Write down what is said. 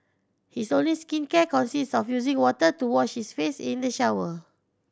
his only skincare consists of using water to wash his face in the shower